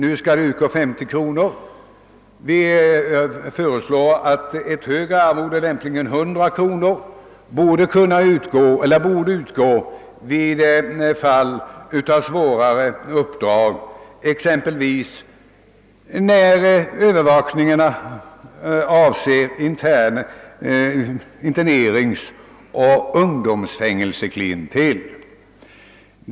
Nu betalas 50 kronor, men vi föreslår att ett högre arvode lämpligen 100 kronor — skall kunna utgå vid svårare uppdrag, exempelvis när övervakningen avser interneringsoch ungdomsfängelseklientelet.